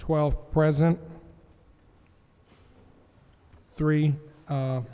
twelve president three